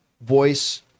voice